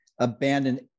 abandon